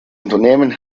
unternehmen